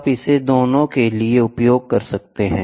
आप इसे दोनों के लिए उपयोग कर सकते हैं